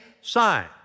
sign